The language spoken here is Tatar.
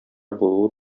булуы